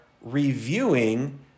reviewing